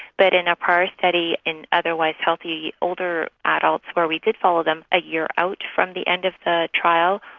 but in our prior study in otherwise healthy older adults where we did follow them a year out from the end of the trial,